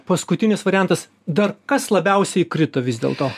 paskutinis variantas dar kas labiausiai krito vis dėl to